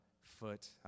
foot